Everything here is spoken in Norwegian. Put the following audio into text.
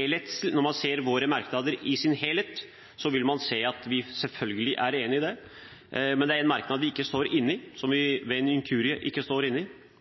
når man ser våre merknader i sin helhet, vil man se at vi selvfølgelig er enig i det, men det er en merknad vi ved en inkurie ikke står inne i.